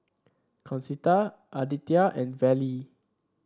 Concetta Aditya and Vallie